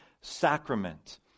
sacrament